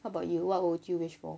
what about you what would you wish for